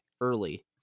early